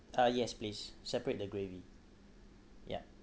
uh yes please separate the gravy yup